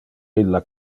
illa